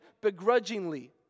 begrudgingly